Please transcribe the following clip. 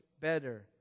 better